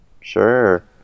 Sure